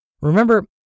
Remember